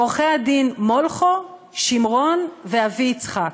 "עורכי-הדין מולכו, שמרון ואבי-יצחק.